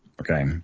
Okay